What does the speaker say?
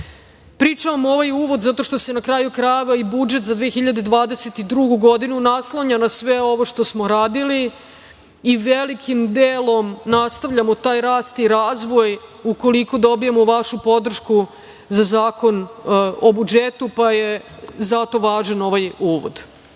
krizu. Pričam ovaj uvod zato što se na kraju krajeva i budžet za 2022. godinu naslanja na sve ovo što smo radili i velikim delom nastavljamo taj rast i razvoj, ukoliko dobijemo vašu podršku za Zakon o budžetu, pa je zato važan ovaj